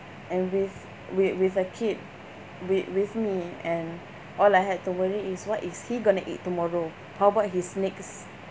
and with with with a kid with with me and all I had to worry is what is he going to eat tomorrow how about his next